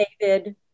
David